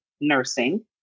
nursing